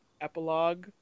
epilogue